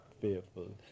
fearful